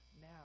now